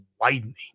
widening